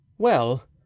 Well